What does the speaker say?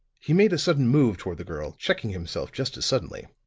he made a sudden move toward the girl, checking himself just as suddenly.